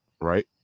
right